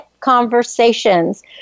conversations